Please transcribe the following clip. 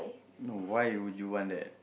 no why would you want that